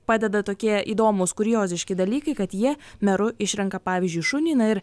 padeda tokie įdomūs kurioziški dalykai kad jie meru išrenka pavyzdžiui šunį ir